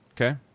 Okay